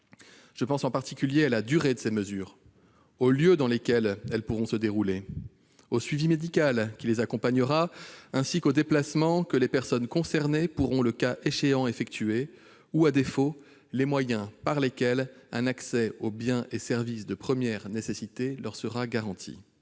Je pense en particulier à la durée de ces mesures, aux lieux dans lesquelles elles pourront s'appliquer, au suivi médical qui les accompagnera, ainsi qu'aux déplacements que les personnes concernées pourront, le cas échéant, effectuer ou, à défaut, les moyens par lesquels un accès aux biens et services de première nécessité leur sera garanti.